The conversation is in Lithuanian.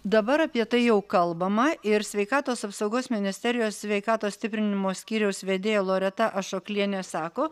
dabar apie tai jau kalbama ir sveikatos apsaugos ministerijos sveikatos stiprinimo skyriaus vedėja loreta ašoklienė sako